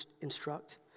instruct